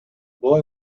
boy